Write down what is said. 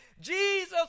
Jesus